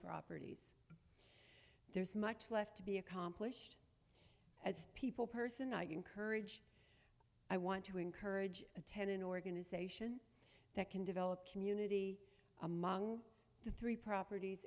properties there's much left to be accomplished as people person i encourage i want to encourage attend an organization that can develop community among the three properties